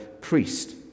Priest